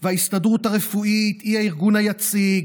וההסתדרות הרפואית היא הארגון היציג,